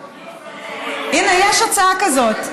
הינה, יש הצעה כזאת.